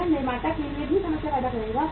यह निर्माता के लिए भी समस्या पैदा करेगा